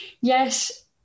yes